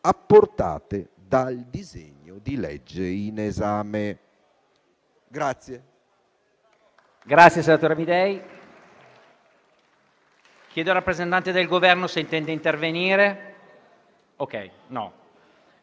apportate dal disegno di legge in esame.